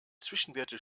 zwischenwerte